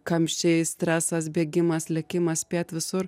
kamščiai stresas bėgimas lėkimas spėt visur